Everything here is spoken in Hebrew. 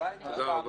תודה רבה.